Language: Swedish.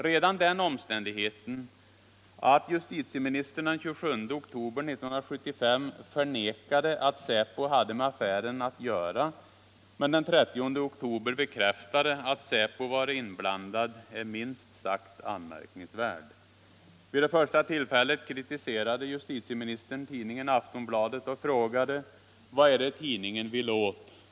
Redan den omständigheten att justitieministern den 27 oktober 1975 förnekade att säpo hade med affären att göra men den 30 oktober bekräftade att säpo var inblandad är minst sagt anmärkningsvärd. Vid det första tillfället kritiserade justitieministern tidningen Aftonbladet och frågade: ”Vad är det tidningen vill åt?